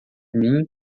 mim